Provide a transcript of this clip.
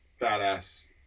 badass